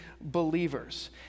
believers